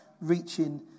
reaching